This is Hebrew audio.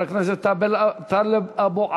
חבר הכנסת טלב אבו עראר,